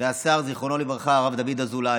והשר הרב דוד אזולאי,